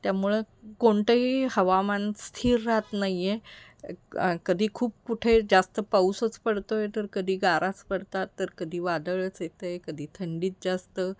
त्यामुळं कोणतंही हवामान स्थिर राहात नाही आहे कधी खूप कुठे जास्त पाऊसच पडतो आहे तर कधी गाराच पडतात तर कधी वादळच येतं आहे कधी थंडी जास्त